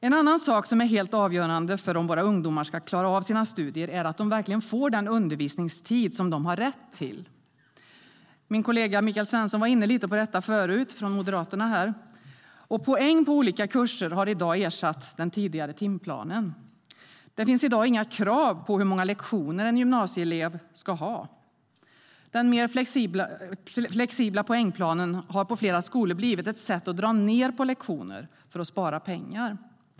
En annan sak som är helt avgörande för om våra ungdomar ska klara av sina studier är att de verkligen får den undervisningstid som de har rätt till. Min kollega Michael Svensson från Moderaterna var inne lite grann på det tidigare. Poäng på olika kurser har i dag ersatt den tidigare timplanen. Det finns i dag inga krav på hur många lektioner en gymnasieelev ska ha. Den mer flexibla poängplanen har på flera skolor blivit ett sätt att dra ned på antalet lektioner för att spara pengar.